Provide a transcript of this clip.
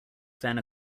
fen